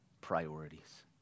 priorities